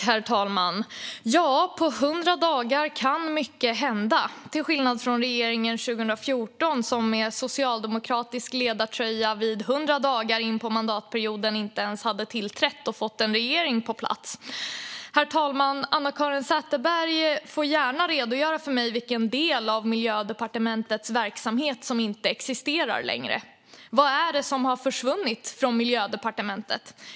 Herr talman! Ja, på 100 dagar kan mycket hända, till skillnad från hur det var 2014, då regeringen med socialdemokratisk ledartröja 100 dagar in på mandatperioden inte ens hade tillträtt - man hade inte fått någon regering på plats. Herr talman! Anna-Caren Sätherberg får gärna redogöra för vilken del av Miljödepartementets verksamhet som inte existerar längre. Vad är det som har försvunnit från Miljödepartementet?